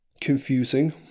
confusing